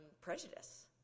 prejudice